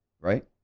Right